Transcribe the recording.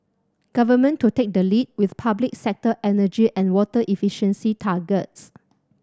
government to take the lead with public sector energy and water efficiency targets